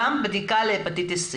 גם בדיקה להפטיטיס סי?